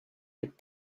with